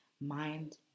mind